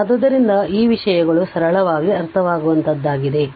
ಆದ್ದರಿಂದ ಈ ವಿಷಯಗಳು ಸರಳವಾಗಿ ಅರ್ಥವಾಗುವಂತಹದ್ದಾಗಿದೆ